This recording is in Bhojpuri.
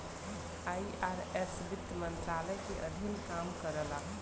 आई.आर.एस वित्त मंत्रालय के अधीन काम करला